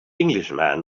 englishman